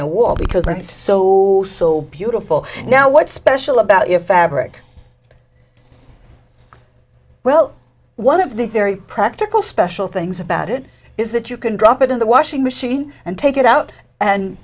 a wall because i'm so so beautiful now what's special about your fabric well one of the very practical special things about it is that you can drop it in the washing machine and take it out and